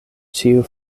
ĉiu